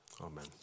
Amen